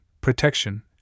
protection